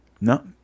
No